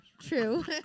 True